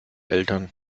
eltern